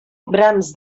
brams